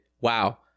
Wow